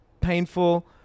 Painful